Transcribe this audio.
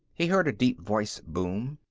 he heard a deep voice boom.